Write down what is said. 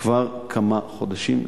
כבר כמה חודשים.